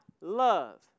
love